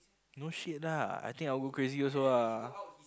no shit lah I think I will go crazy also ah